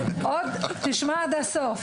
תשמע עד הסוף